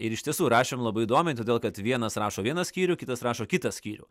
ir iš tiesų rašėm labai įdomiai todėl kad vienas rašo vieną skyrių kitas rašo kitą skyrių